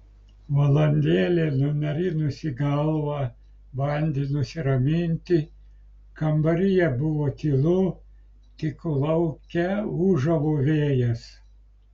valandėlę nunarinusi galvą bandė nusiraminti kambaryje buvo tylu tik lauke ūžavo vėjas